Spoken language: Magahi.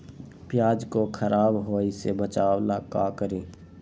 प्याज को खराब होय से बचाव ला का करी?